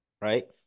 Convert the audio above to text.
Right